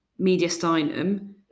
mediastinum